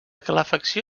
calefacció